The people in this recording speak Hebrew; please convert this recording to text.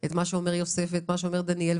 את מה שאומר יוסף ואת מה שאומר דניאל,